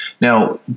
Now